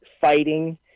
fighting